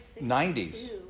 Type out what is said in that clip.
90s